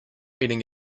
meeting